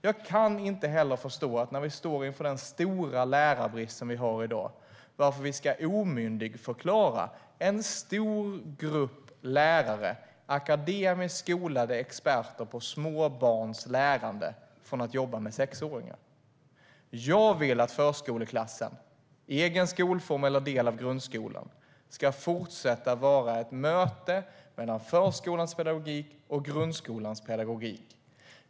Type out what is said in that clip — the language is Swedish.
Jag kan inte heller förstå varför vi, när vi står inför den stora lärarbrist som vi har i dag, ska omyndigförklara en stor grupp lärare - akademiskt skolade experter på små barns lärande - när det gäller att jobba med sexåringar. Jag vill att förskoleklassen, i egen skolform eller som en del av grundskolan, ska fortsätta att vara ett möte mellan förskolans och grundskolans pedagogik.